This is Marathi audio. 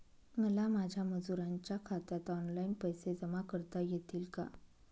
मला माझ्या मजुरांच्या खात्यात ऑनलाइन पैसे जमा करता येतील का?